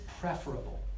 preferable